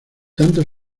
tanto